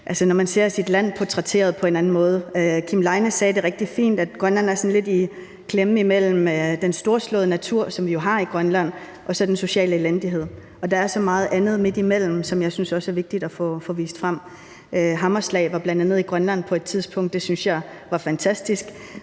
når man ser sit land portrætteret på en anden måde. Kim Leine sagde det rigtig fint, nemlig at Grønland er sådan lidt i klemme imellem den storslåede natur, som vi jo har i Grønland, og den sociale elendighed. Der er så meget andet midt imellem, som jeg også synes er vigtigt at få vist frem. »Hammerslag« var bl.a. i Grønland på et tidspunkt. Det syntes jeg var fantastisk,